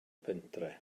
pentre